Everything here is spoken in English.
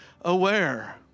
aware